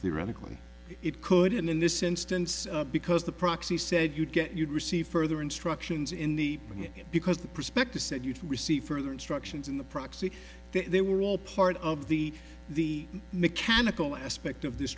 radically it couldn't in this instance because the proxy said you'd get you'd receive further instructions in the because the prospectus said you'd receive further instructions in the proxy they were all part of the the mechanical aspect of this